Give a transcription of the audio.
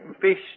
Fish